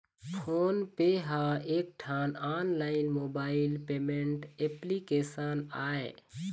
phone पे ह एकठन online mobile payment application आय